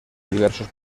diversos